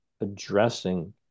addressing